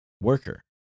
worker